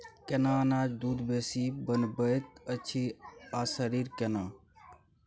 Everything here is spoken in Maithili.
केना अनाज दूध बेसी बनबैत अछि आ शरीर केना?